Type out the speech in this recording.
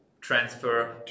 transfer